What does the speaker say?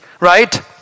right